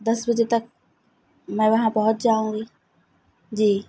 دس بجے تک میں وہاں پہنچ جاؤں گی جی